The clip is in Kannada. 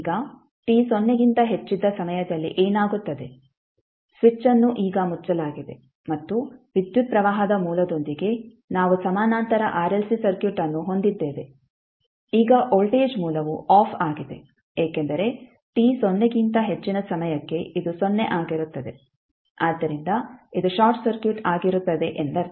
ಈಗ t ಸೊನ್ನೆಗಿಂತ ಹೆಚ್ಚಿದ್ದ ಸಮಯದಲ್ಲಿ ಏನಾಗುತ್ತದೆ ಸ್ವಿಚ್ಅನ್ನು ಈಗ ಮುಚ್ಚಲಾಗಿದೆ ಮತ್ತು ವಿದ್ಯುತ್ ಪ್ರವಾಹದ ಮೂಲದೊಂದಿಗೆ ನಾವು ಸಮಾನಾಂತರ ಆರ್ಎಲ್ಸಿ ಸರ್ಕ್ಯೂಟ್ ಅನ್ನು ಹೊಂದಿದ್ದೇವೆ ಈಗ ವೋಲ್ಟೇಜ್ ಮೂಲವು ಆಫ್ ಆಗಿದೆ ಏಕೆಂದರೆ t ಸೊನ್ನೆಗಿಂತ ಹೆಚ್ಚಿನ ಸಮಯಕ್ಕೆ ಇದು ಸೊನ್ನೆ ಆಗಿರುತ್ತದೆ ಆದ್ದರಿಂದ ಇದು ಶಾರ್ಟ್ ಸರ್ಕ್ಯೂಟ್ ಆಗಿರುತ್ತದೆ ಎಂದರ್ಥ